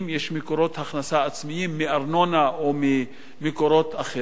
יש מקורות הכנסה עצמיים מארנונה או ממקורות אחרים,